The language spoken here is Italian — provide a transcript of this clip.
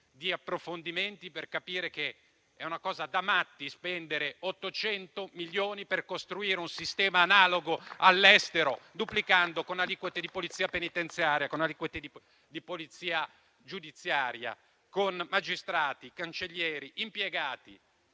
di approfondimenti da fare per capire che è una cosa da matti spendere 800 milioni per costruire un sistema analogo all'estero, duplicando, con aliquote di polizia penitenziaria, aliquote di polizia giudiziaria, magistrati, cancellieri e impiegati,